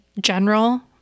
general